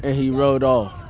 ah he rode off.